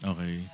Okay